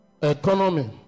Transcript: economy